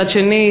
מצד שני,